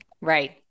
Right